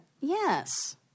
Yes